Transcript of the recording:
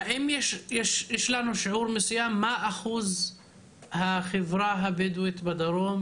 האם יש לנו נתון מה אחוז החברה הבדואית בדרום?